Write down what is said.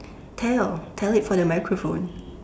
tell tell it for the microphone